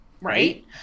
right